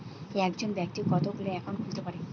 একজন ব্যাক্তি কতগুলো অ্যাকাউন্ট খুলতে পারে?